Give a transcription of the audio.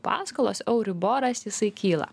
paskolos euriboras jisai kyla